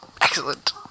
Excellent